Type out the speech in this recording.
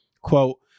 Quote